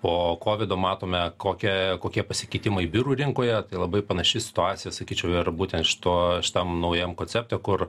po kovido matome kokia kokie pasikeitimai biurų rinkoje tai labai panaši situacija sakyčiau ir būtent šito šitam naujam koncepte kur